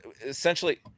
essentially